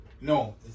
no